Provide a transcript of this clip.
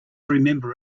remember